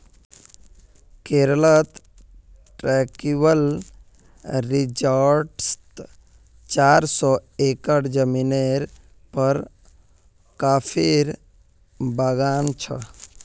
केरलत ट्रैंक्विल रिज़ॉर्टत चार सौ एकड़ ज़मीनेर पर कॉफीर बागान छ